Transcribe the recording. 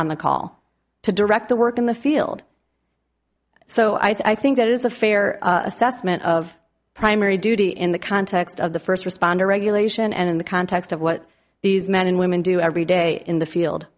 on the call to direct the work in the field so i think that is a fair assessment of primary duty in the context of the first responder regulation and in the context of what these men and women do every day in the field